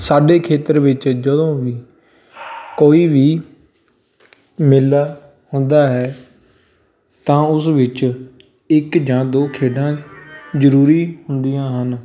ਸਾਡੇ ਖੇਤਰ ਵਿੱਚ ਜਦੋਂ ਵੀ ਕੋਈ ਵੀ ਮੇਲਾ ਹੁੰਦਾ ਹੈ ਤਾਂ ਉਸ ਵਿੱਚ ਇੱਕ ਜਾਂ ਦੋ ਖੇਡਾਂ ਜ਼ਰੂਰੀ ਹੁੰਦੀਆਂ ਹਨ